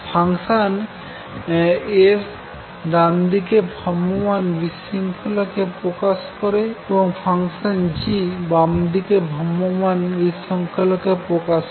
function f ডানদিকে ভ্রাম্যমাণ বিশৃঙ্খলা কে প্রকাশ করে এবং ফাংশন g বামদিকে ভ্রাম্যমাণ বিশৃঙ্খলা কে প্রকাশ করে